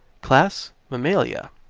class mammalia,